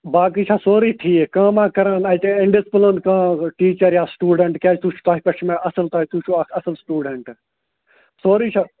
باقٕے چھا سورُے ٹھیٖک کٲمہ کَران اَتہِ اِنڈِسپٕلٕن کانٛہہ ٹیٖچر یا سٕٹوٗڈنٛٹ کیٛازِ تُہۍ چھُ تۄہہِ پٮ۪ٹھ چھُ مےٚ اَصٕل تۄہہِ تُہۍ چھُو اَکھ اَصٕل سٹوٗڈنٛٹ سورُے چھا